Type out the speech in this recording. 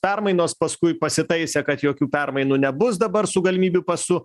permainos paskui pasitaisė kad jokių permainų nebus dabar su galimybių pasu